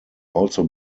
also